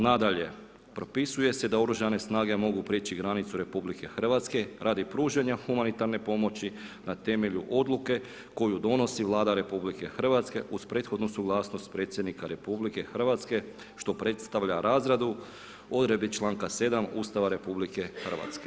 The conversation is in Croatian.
Nadalje, propisuje se da oružane snage mogu prijeći granicu RH, radi pružanja humanitarne pomoći na temelju odluke koju donosi Vlada RH, uz prethodnu suglasnost predsjednika RH, što predstavlja razradu odredbi čl. 7. Ustava RH.